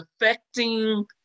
affecting